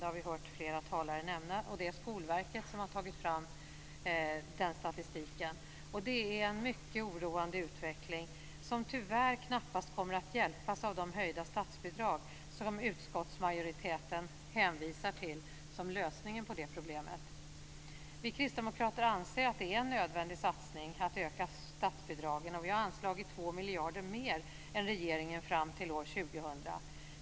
Det har vi hört flera talare nämna, och det är Skolverket som har tagit fram statistiken över detta. Det är en mycket oroande utveckling, som tyvärr knappast kommer att hjälpas av de höjda statsbidrag som utskottsmajoriteten hänvisar till som lösningen på det problemet. Vi kristdemokrater anser att det är en nödvändig satsning att öka statsbidragen, och vi har anvisat 2 miljarder mer än regeringen fram till år 2000.